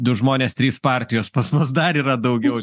du žmonės trys partijos pas mus dar yra daugiau